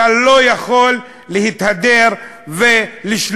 אתה לא יכול להתהדר ולשלוף